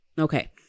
Okay